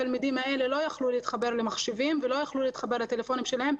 התלמידים האלה לא יכלו להתחבר למחשבים ולא יכלו להתחבר לטלפונים שלהם.